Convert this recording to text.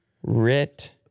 Rit